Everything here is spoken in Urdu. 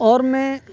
اور میں